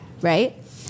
Right